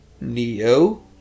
Neo